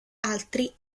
altri